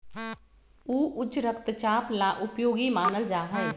ऊ उच्च रक्तचाप ला उपयोगी मानल जाहई